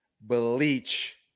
bleach